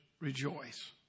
rejoice